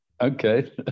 Okay